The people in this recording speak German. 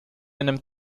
einem